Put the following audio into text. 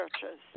churches